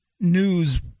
news